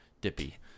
Dippy